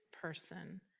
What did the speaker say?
person